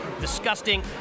disgusting